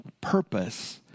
purpose